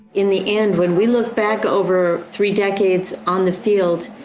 in the end, when we look back over three decades on the field,